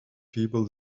people